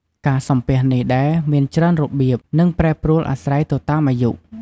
ការសំពះនេះដែរមានច្រើនរបៀប និងប្រែប្រួលអាស្រ័យទៅតាមអាយុ។